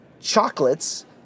chocolates